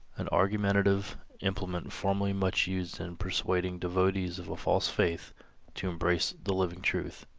an argumentative implement formerly much used in persuading devotees of a false faith to embrace the living truth.